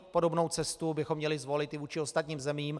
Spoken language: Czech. Podobnou cestu bychom měli zvolit i vůči ostatním zemím.